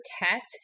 protect